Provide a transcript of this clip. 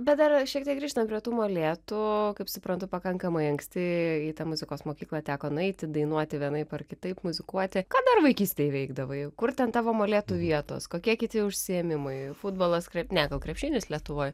bet dar šiek tiek grįžtant prie tų molėtų kaip suprantu pakankamai anksti į tą muzikos mokyklą teko nueiti dainuoti vienaip ar kitaip muzikuoti ką dar vaikystėj veikdavai kur ten tavo molėtų vietos kokie kiti užsiėmimai futbolas krep ne gal krepšinis lietuvoj